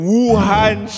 Wuhan